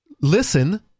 listen